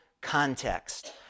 context